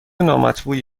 نامطبوعی